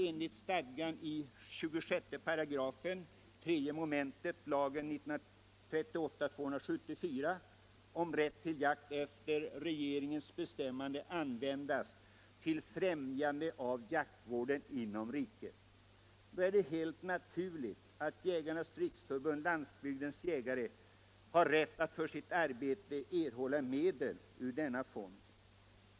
Enligt stadgandet i 26 § 3 mom. lagen om rätt till jakt skall av influtna jaktvårdsavgifter bildas en fond, jaktvårdsfonden, vilken efter regeringens bestämmande användes till främjande av jaktvården inom riket. Det är då helt naturligt att Jägarnas riksförbund-Landsbygdens jägare har rätt att för sitt arbete erhålla medel ur denna fond.